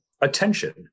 attention